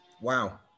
Wow